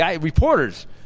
Reporters